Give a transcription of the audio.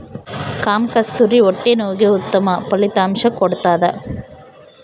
ಕಾಮಕಸ್ತೂರಿ ಹೊಟ್ಟೆ ನೋವಿಗೆ ಉತ್ತಮ ಫಲಿತಾಂಶ ಕೊಡ್ತಾದ